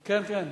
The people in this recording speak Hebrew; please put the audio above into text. כן, כן.